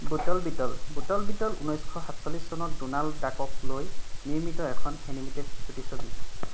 বুটল Beetle Bootle Beetle ঊনৈছশ সাতচল্লিছ চনত ডোনাল্ড ডাকক লৈ নিৰ্মিত এখন এনিমেটেড চুটি ছবি